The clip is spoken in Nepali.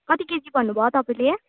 कति केजी भन्नुभयो तपाईँले